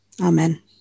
amen